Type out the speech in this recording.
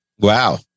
Wow